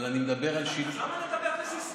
אבל אני מדבר על, אז למה אתה מדבר בסיסמאות?